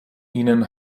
ihnen